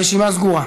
הרשימה סגורה.